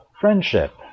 friendship